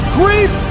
grief